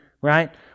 right